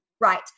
Right